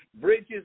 bridges